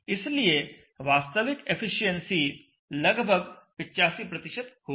इसलिए वास्तविक एफिशिएंसी लगभग 85 होगी